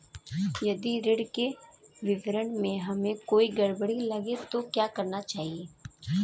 यदि ऋण के विवरण में हमें कोई गड़बड़ लगे तो क्या करना चाहिए?